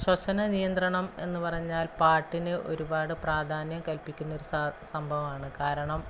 ശ്വസന നിയന്ത്രണം എന്നു പറഞ്ഞാല് പാട്ടിന് ഒരുപാട് പ്രാധാന്യം കല്പ്പിക്കുന്ന ഒരു സ സംഭവമാണ് കാരണം